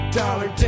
dollar